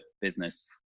business